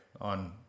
on